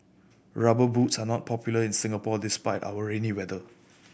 Rubber Boots are not popular in Singapore despite our rainy weather